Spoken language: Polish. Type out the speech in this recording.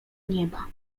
nieba